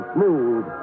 Smooth